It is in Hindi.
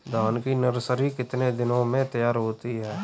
धान की नर्सरी कितने दिनों में तैयार होती है?